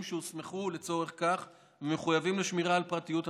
שהוסמכו לצורך כך ומחויבים לשמירה על פרטיות התושבים.